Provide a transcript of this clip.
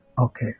Okay